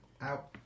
out